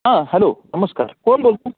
हां हॅलो नमस्कार कोण बोलत आहे